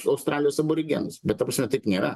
australijos aborigenus bet ta prasme taip nėra